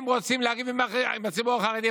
הם רוצים לריב עם הציבור החרדי,